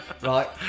right